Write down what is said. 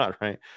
right